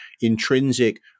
intrinsic